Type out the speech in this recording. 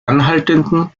anhaltenden